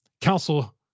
council